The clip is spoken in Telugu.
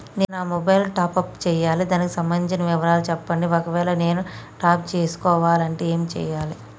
నేను నా మొబైలు టాప్ అప్ చేయాలి దానికి సంబంధించిన వివరాలు చెప్పండి ఒకవేళ నేను టాప్ చేసుకోవాలనుకుంటే ఏం చేయాలి?